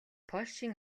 польшийн